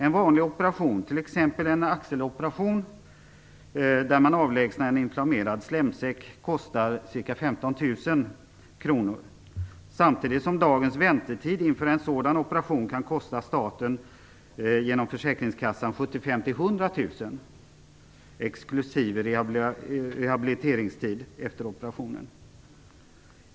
En vanlig operation, t.ex. en axeloperation där man avlägsnar en inflammerad slemsäck, kostar ca 15 000 kr, samtidigt som dagens väntetid inför en sådan operation kan kosta staten, genom försäkringskassan, 75 000-100 000 kr, exklusive rehabiliteringstid efter operationen.